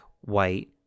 white